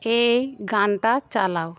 এই গানটা চালাও